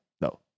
no